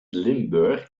limburg